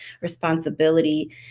responsibility